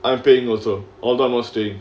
I'm paying also although I'm not staying